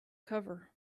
cover